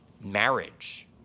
marriage